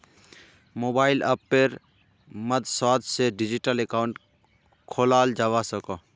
mobile अप्पेर मद्साद से डिजिटल अकाउंट खोलाल जावा सकोह